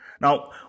Now